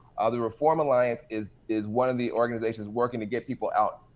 the reform alliance is is one of the organizations working to get people out.